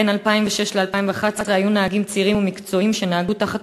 בין 2006 ל-2011 היו נהגים צעירים ומקצועיים שנהגו תחת